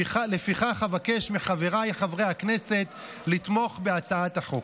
לפיכך אבקש מחבריי חברי הכנסת לתמוך בהצעת החוק.